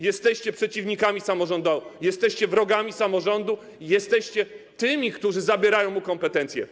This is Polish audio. Jesteście przeciwnikami samorządu, jesteście wrogami samorządu, jesteście tymi, którzy zabierają mu kompetencje.